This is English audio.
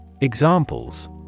Examples